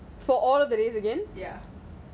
ya